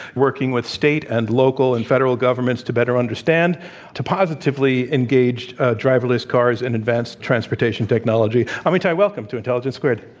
working with state and local and federal governments to better understand to positively engage driverless cars in advanced transportation technology. amitai, welcome to intelligence squared.